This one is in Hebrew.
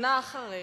שנה אחרי,